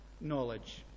knowledge